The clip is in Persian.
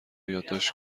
یادداشت